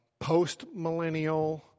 postmillennial